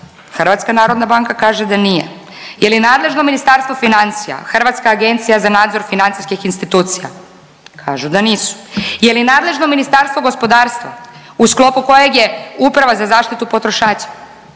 plasmana? HNB kaže da nije. Je li nadležno Ministarstvo financija, Hrvatska agencija za nadzor financijskih institucija? Kažu da nisu. Je li nadležno Ministarstvo gospodarstva u sklopu kojeg je Uprava za zaštitu potrošača?